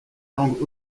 langue